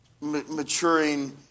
maturing